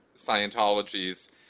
Scientology's